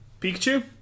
Pikachu